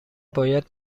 باید